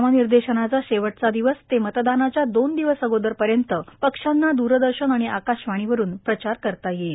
नामनिर्देशनाचा शेवटचा दिवस ते मतदानाच्या दोन दिवस अगोदरपर्यंत पक्षांना दूरदर्शन आणि आकाशवाणीवरुन प्रचार करता येईल